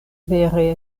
vere